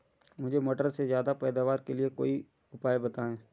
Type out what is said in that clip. मुझे मटर के ज्यादा पैदावार के लिए कोई उपाय बताए?